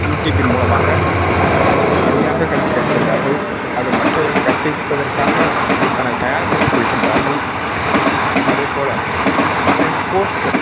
யூடிப்பின் மூலமாக அருமையாகக் கல்விக் கற்கின்றார்கள் அதை மற்றவர்களுக்குக் கற்பிப்பதற்காக தன்னைத் தயார்ப்படுத்தி கொள்கின்றார்கள் அதே போல ஆன்லைன் கோர்ஸ்கள்